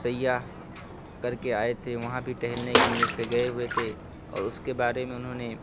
سیّاح کرکے آئے تھے وہاں بھی ٹہلنے کی نیت سے گئے ہوئے تھے اور اس کے بارے میں انہوں نے